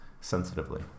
sensitively